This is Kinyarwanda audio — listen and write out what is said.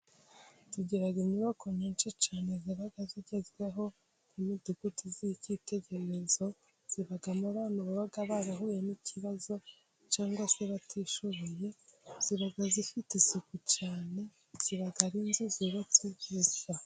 Tugira inyubako nyinshi cyane ziba zigezweho, n'imidugudu y'icyitegererezo, zibamo abantu baba barahuye n'ikibazo cyangwa se abatishoboye, ziba zifite isuku cyane, ziba ari inzu zubatse neza.